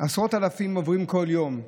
עוברים עשרות אלפים בכל יום.